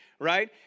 right